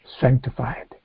sanctified